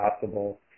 possible